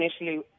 initially